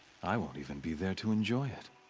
i won't even be there to enjoy it.